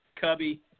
Cubby